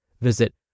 Visit